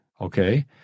Okay